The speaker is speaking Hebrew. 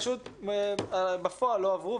פשוט בפועל לא עברו,